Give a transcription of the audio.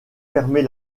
permet